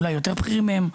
אולי יותר בכירים מהם,